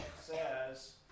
says